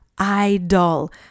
idol